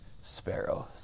sparrows